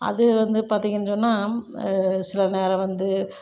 அது வந்து பாத்தீங்கன்னு சொன்னால் சில நேரம் வந்து